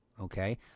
Okay